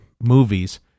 movies